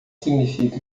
significa